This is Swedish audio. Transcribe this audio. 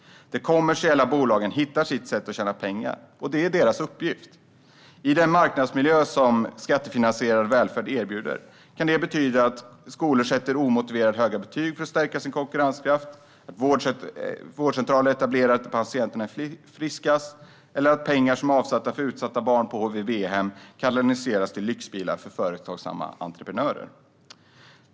De kommersiella bolagen hittar sätt att tjäna pengar. Det är deras uppgift. I den marknadsmiljö som skattefinansierad välfärd erbjuder kan detta betyda att skolor sätter omotiverat höga betyg för att stärka sin konkurrenskraft, att vårdcentraler etableras där patienterna är friskast eller att pengar som är avsedda för utsatta barn på HVB-hem kanaliseras till lyxbilar för företagsamma entreprenörer.